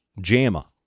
JAMA